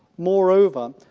moreover,